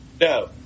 No